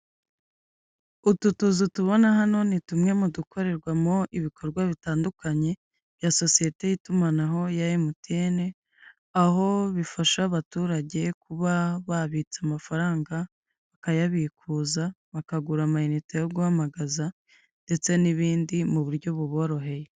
Utu tuzu tubona hano ni tumwe mu dukorerwamo ibikorwa bitandukanye bya sosiyete y'itumanaho ya MTN, aho bifasha abaturage kuba babitsa amafaranga, bakayabikuza, bakagura amayinite yo guhamagaza ndetse n'ibindi mu buryo buboroheye.